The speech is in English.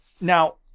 Now